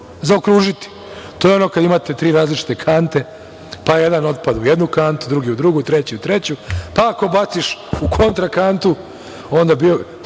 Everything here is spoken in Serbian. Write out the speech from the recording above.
zaokružiti. To je ono kada imate tri različite kante pa jedan otpad u jednu kantu, drugi u drugu, treći u treću, pa ako baciš u kontra kantu, video